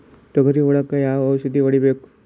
ತೊಗರಿ ಹುಳಕ ಯಾವ ಔಷಧಿ ಹೋಡಿಬೇಕು?